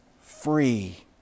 free